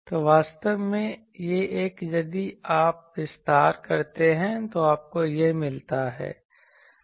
तो वास्तव में यह एक यदि आप विस्तार करते हैं तो आपको यह मिलता है